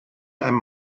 einem